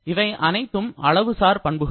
இவை அனைத்தும் அளவு சார்பண்புகள்